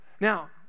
Now